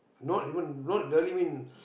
not even not early mean